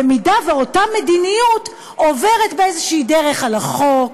אותה מדיניות עוברת באיזושהי דרך על החוק,